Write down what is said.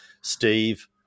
Steve